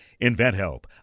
InventHelp